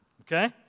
okay